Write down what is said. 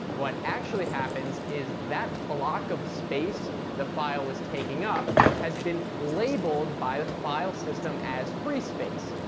what actually happens is that block of space the file was taking up has been labelled by the file system as free space,